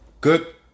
Good